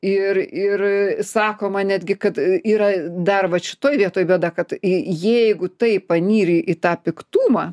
ir ir sakoma netgi kad yra dar vat šitoj vietoj bėda kad jeigu tai panyri į tą piktumą